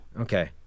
Okay